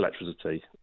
electricity